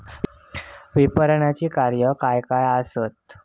विपणनाची कार्या काय काय आसत?